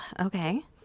okay